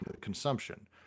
consumption